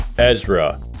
Ezra